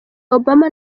obama